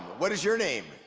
what is your name?